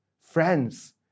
Friends